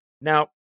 Now